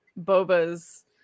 Boba's